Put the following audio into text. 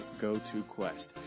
GoToQuest